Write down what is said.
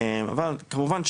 אבל כמובן,